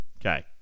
Okay